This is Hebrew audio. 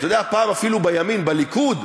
אתה יודע, פעם אפילו, בימין, בליכוד,